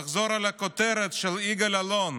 אני רוצה לחזור על הכותרת של יגאל אלון.